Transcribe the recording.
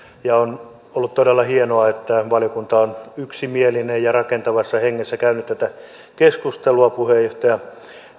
on ollut todella hienoa että valiokunta on yksimielinen ja on rakentavassa hengessä käynyt tätä keskustelua puheenjohtaja